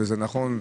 וזה נכון,